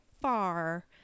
far